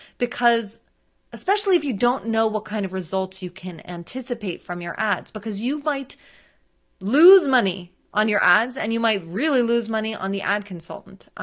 because especially if you don't know what kind of results you can anticipate from your ads, because you might lose money on your ads, and you might really lose money on the ad consultant.